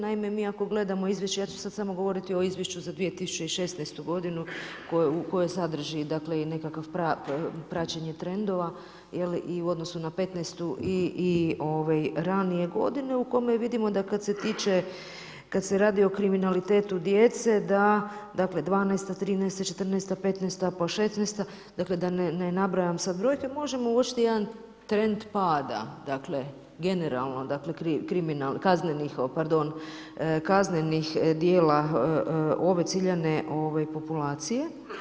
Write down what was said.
Naime, mi ako gledamo izvješće, ja ću sad samo govoriti o izvješću za 2016. godinu koje sadrži dakle, i nekakvo praćenje trendova i u odnosu na '15. i ranije godine, u kome vidimo da kad se radi o kriminalitetu djece da dakle, 12., 13., 14., 15., pa 16. dakle, da ne nabrajam sad brojke, možemo uočiti jedan trend pada dakle, generalno, dakle kaznenih djela ove ciljane populacije.